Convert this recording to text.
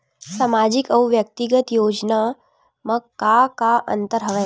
सामाजिक अउ व्यक्तिगत योजना म का का अंतर हवय?